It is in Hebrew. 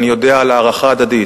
אני יודע על הערכה הדדית.